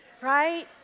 right